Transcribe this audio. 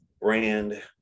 brand